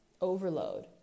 overload